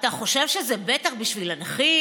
אתה חושב שזה בטח בשביל הנכים,